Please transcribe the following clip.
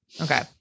Okay